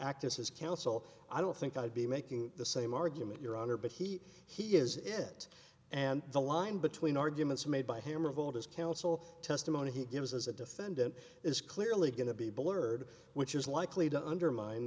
as his counsel i don't think i'd be making the same argument your honor but he he is it and the line between arguments made by him of all his counsel testimony he gives as a defendant is clearly going to be blurred which is likely to undermine